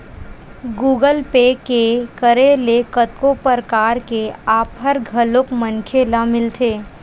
Google Pay के करे ले कतको परकार के आफर घलोक मनखे ल मिलथे